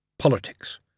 politics